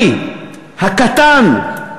אני, הקטן,